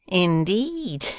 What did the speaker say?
in-deed